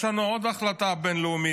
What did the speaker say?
יש לנו עוד החלטה בין-לאומית,